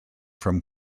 from